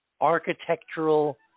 architectural